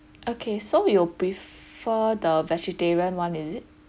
okay so you prefer the vegetarian [one] is it